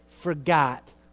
forgot